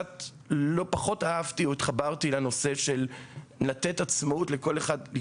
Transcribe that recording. פחות אהבתי או התחברתי לנושא של לתת עצמאות לכל אחד.